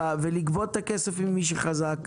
ולגבות את הכסף ממי שחזק.